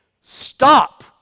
stop